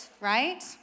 right